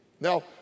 Now